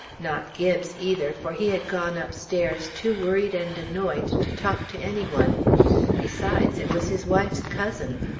not gibbes either, for he had gone upstairs too worried and annoyed to talk to any one besides, it was his wife's cousin.